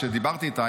כשדיברתי איתה,